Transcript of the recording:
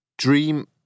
Dream